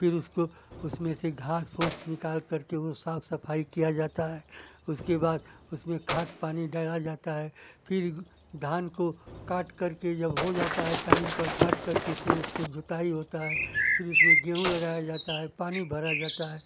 फिर उसको उसमें से घास फूस निकालकर के वो साफ़ सफ़ाई किया जाता है उसके बाद उसमें खाद पानी डाला जाता है फिर धान को काटकर के जब हो जाता है टाइम पर काटकर के फिर उसको जुताई होता है फिर उसमें गेहूँ लगाया जाता है पानी भरा जाता है